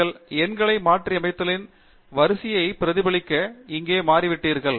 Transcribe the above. நீங்கள் எண்களை மாற்றியமைத்தலின் வரிசையை பிரதிபலிக்க இங்கே மாறிவிட்டீர்கள்